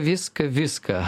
viską viską